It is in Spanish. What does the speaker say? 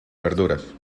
verduras